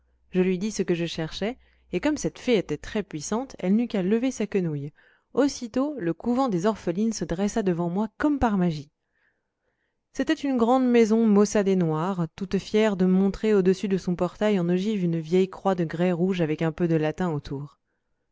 je lui dis ce que je cherchais et comme cette fée était très puissante elle n'eut qu'à lever sa quenouille aussitôt le couvent des orphelines se dressa devant moi comme par magie c'était une grande maison maussade et noire toute fière de montrer au-dessus de son portail en ogive une vieille croix de grès rouge avec un peu de latin autour